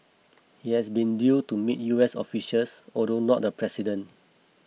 he has been due to meet U S officials although not the president